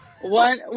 One